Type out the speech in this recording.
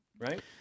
right